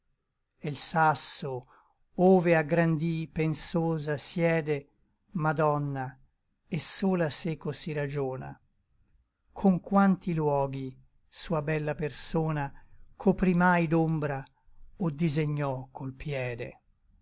e l sasso ove a gran dí pensosa siede madonna et sola seco si ragiona con quanti luoghi sua bella persona coprí mai d'ombra o disegnò col piede